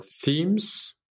themes